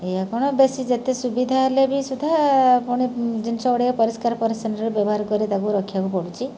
ଏୟା କ'ଣ ବେଶୀ ଯେତେ ସୁବିଧା ହେଲେ ବି ସୁଦ୍ଧା ପୁଣି ଜିନିଷ ଗୁଡ଼ିକ ପରିଷ୍କାର ପରିଚ୍ଛନ୍ନରେ ବ୍ୟବହାର କରି ତାକୁ ରଖିବାକୁ ପଡ଼ୁଛି